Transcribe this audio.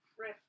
Right